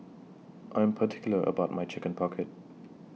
I'm particular about My Chicken Pocket